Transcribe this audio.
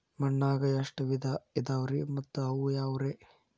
ಮಣ್ಣಾಗ ಎಷ್ಟ ವಿಧ ಇದಾವ್ರಿ ಮತ್ತ ಅವು ಯಾವ್ರೇ?